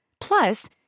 Plus